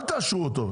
אל תאשרו אותו,